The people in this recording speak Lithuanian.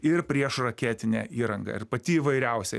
ir priešraketinė įranga ir pati įvairiausia